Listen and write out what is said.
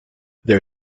there